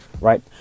right